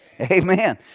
Amen